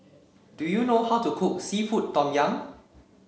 do you know how to cook seafood Tom Yum